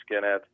skinhead